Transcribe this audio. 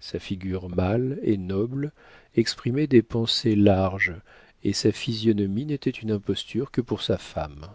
sa figure mâle et noble exprimait des pensées larges et sa physionomie n'était une imposture que pour sa femme